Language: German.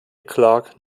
clark